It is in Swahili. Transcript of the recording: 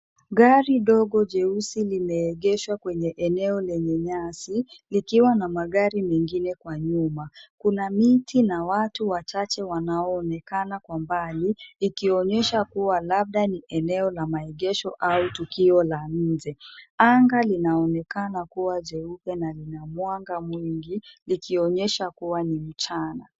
Gari dogo jeusi limeegeshwa kwenye eneo lenye nyasi likiwa na magari mengine kwa nyuma, kuna miti na watu wachache wanaoonekana kwa mbali huku ikionyesha kuwa labda ni eneo la maegesho au tukio la nje. Anga linaonekana kuwa jeupe na linamwaga mwingi ikionyesha kuwa ni mchana.